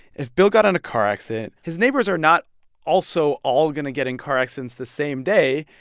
if bill got in a car accident, his neighbors are not also all going to get in car accidents the same day.